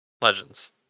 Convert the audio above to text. Legends